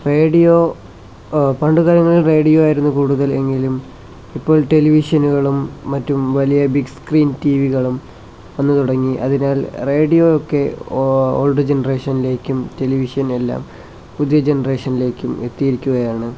radio പണ്ടുകാലങ്ങളിൽ radio ആയിരുന്നു കൂടുതൽ എങ്കിലും ഇപ്പോൾ ടെലിവിഷനുകളും മറ്റും വലിയ ബിഗ് സ്ക്രീൻ ടീ വികളും വന്നു തുടങ്ങി അതിനാൽ റേഡിയോ ഒക്കെ ഓൾഡ് ജനറേഷനിലേക്കും ടെലിവിഷനെല്ലാം പുതിയ ജനറേഷനിലേക്കും എത്തിയിരിക്കുകയാണ്